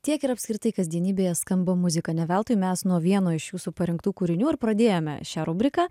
tiek ir apskritai kasdienybėje skamba muzika ne veltui mes nuo vieno iš jūsų parinktų kūrinių ir pradėjome šią rubriką